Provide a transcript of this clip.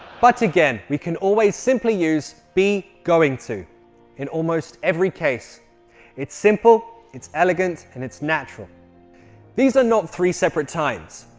but again we can always simply use be going to in almost every case it's simple it's elegant and it's natural these are not three separate times,